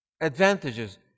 advantages